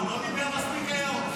הוא לא דיבר מספיק היום?